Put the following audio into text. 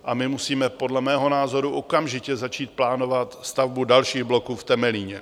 A my musíme podle mého názoru okamžitě začít plánovat stavbu dalších bloků v Temelíně.